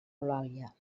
eulàlia